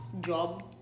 job